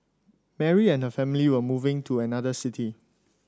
Mary and her family were moving to another city